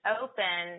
open